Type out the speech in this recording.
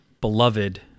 beloved